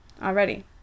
Already